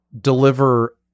deliver